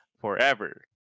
forever